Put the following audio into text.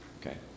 okay